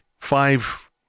Five